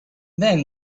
then